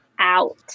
out